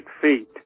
feet